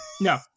no